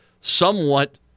somewhat